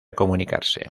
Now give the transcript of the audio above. comunicarse